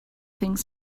things